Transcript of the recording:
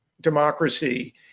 democracy